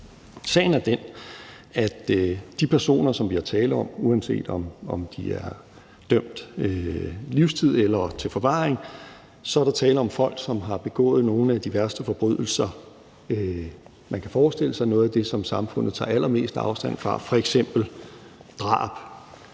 Sagen er den, at der, uanset om de personer, der er tale om, er idømt livstid eller en forvaringsdom, vil være tale om folk, der har begået nogle af de værste forbrydelser, man kan forestille sig, noget af det, som samfundet tager allermest afstand fra, f.eks. drab.